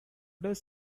does